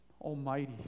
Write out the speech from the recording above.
almighty